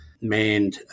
manned